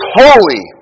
holy